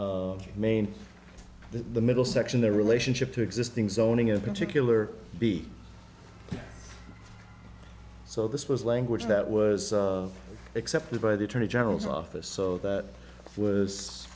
main the middle section their relationship to existing zoning in particular be so this was language that was accepted by the attorney general's office so that was